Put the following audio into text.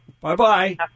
Bye-bye